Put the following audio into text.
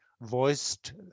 voiced